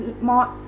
more